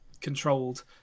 controlled